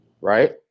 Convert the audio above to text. right